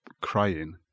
crying